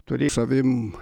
turi savim